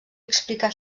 explicar